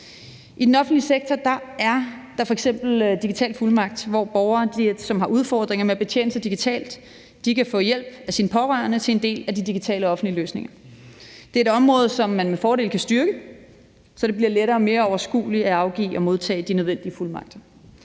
I den offentlige sektor er der f.eks. digital fuldmagt, som gør, at borgeren, som har udfordringer med at betjene sig digitalt, kan få hjælp af sine pårørende til en del af de digitale offentlige løsninger. Det er et område, som man med fordel kan styrke, så det bliver lettere og mere overskueligt at afgive og modtage de nødvendige fuldmagter,